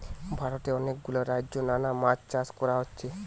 ভারতে অনেক গুলা রাজ্যে নানা মাছ চাষ কোরা হচ্ছে